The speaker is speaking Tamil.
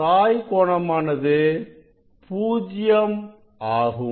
சாய் கோணம் ஆனது பூஜ்யம் 0 ஆகும்